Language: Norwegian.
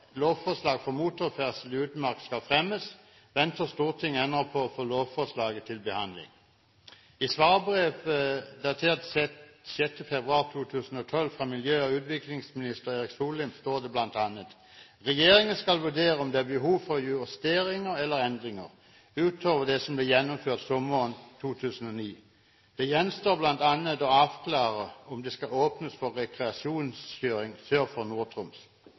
lovforslag om motorferdsel i utmark skal fremmes, venter Stortinget ennå på å få lovforslaget til behandling. I svarbrevet datert 6. februar 2012, fra miljø- og utviklingsminister Erik Solheim, står det bl.a.: «Regjeringen skal vurdere om det er behov for justeringer eller endringer, ut over det som ble gjennomført sommeren 2009. Det gjenstår blant annet å avklare om det skal åpnes for rekreasjonskjøring sør for